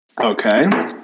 Okay